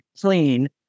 clean